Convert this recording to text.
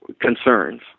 concerns